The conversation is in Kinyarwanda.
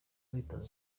witonze